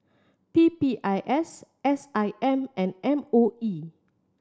P P I S S I M and M O E